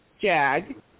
Jag